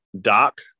Doc